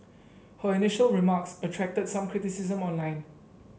her initial remarks attracted some criticism online